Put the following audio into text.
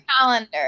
calendar